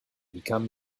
become